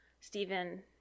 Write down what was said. Stephen